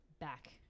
back